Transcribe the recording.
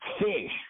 Fish